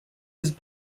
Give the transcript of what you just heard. was